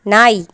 நாய்